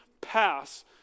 pass